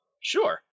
sure